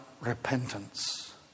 repentance